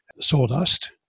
sawdust